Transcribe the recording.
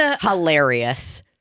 hilarious